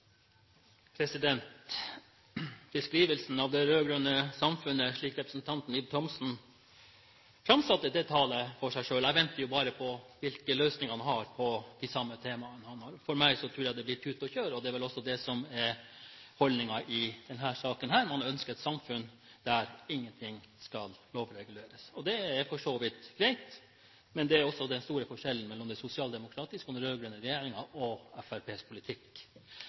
Ib Thomsen framsatte det, taler for seg. Jeg venter bare på hvilke løsninger han har på de samme temaene. Jeg tror det blir tut og kjør – det er vel det som er holdningen i denne saken. Man ønsker et samfunn der ingen ting skal reguleres. Det er for så vidt greit, men det er også den store forskjellen mellom det sosialdemokratiske, og den rød-grønne regjeringen, og Fremskrittspartiets politikk.